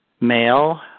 male